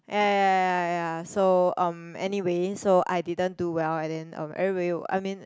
ya ya ya ya so um anyway so I didn't do well and then um everybody were I mean